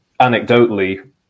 anecdotally